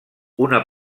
una